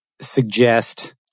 suggest